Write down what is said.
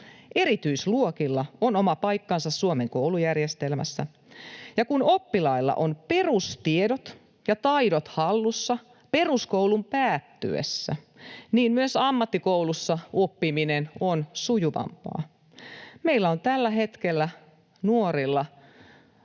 Erityisluokilla on oma paikkansa Suomen koulujärjestelmässä, ja kun oppilailla on perustiedot ja ‑taidot hallussa peruskoulun päättyessä, niin myös ammattikoulussa oppiminen on sujuvampaa. Meillä on tällä hetkellä nuorilla